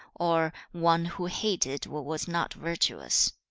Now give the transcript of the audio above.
or one who hated what was not virtuous.